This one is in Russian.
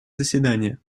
заседания